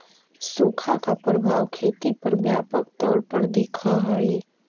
सुखा का प्रभाव खेती पर व्यापक तौर पर दिखअ हई